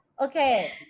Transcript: Okay